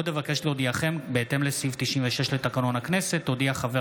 עוד אבקש להודיעכם כי בהתאם לסעיף 96 לתקנון הכנסת הודיע חבר